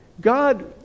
God